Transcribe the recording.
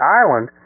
island